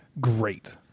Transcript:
Great